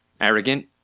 arrogant